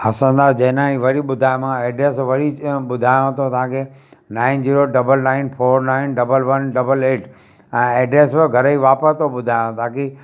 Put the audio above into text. आसंदा जेनानी वरी ॿुधायोमाव एड्रेस वरी ॿुधायाव थो तव्हांखे nine zero double nine four nine double one double eight ऐं एड्रेस बि घर जी वापिसि थो ॿुधायाव ताकी